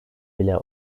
bile